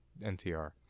NTR